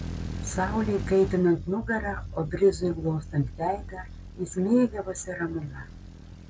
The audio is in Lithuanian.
saulei kaitinant nugarą o brizui glostant veidą jis mėgavosi ramuma